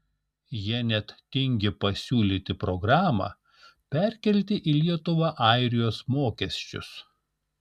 jie net tingi pasiūlyti programą perkelti į lietuvą airijos mokesčius